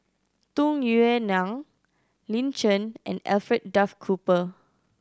Tung Yue Nang Lin Chen and Alfred Duff Cooper